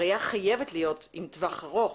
הראייה הזאת חייבת להיות לטווח הארוך.